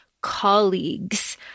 colleagues